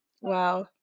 Wow